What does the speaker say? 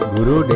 Guru